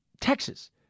Texas